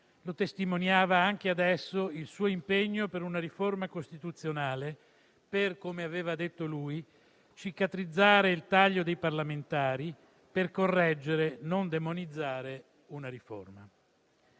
lo testimoniava anche adesso con il suo impegno per una riforma costituzionale per, come aveva detto lui, cicatrizzare il taglio dei parlamentari, per correggere e non demonizzare una riforma.